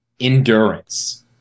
Endurance